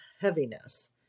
heaviness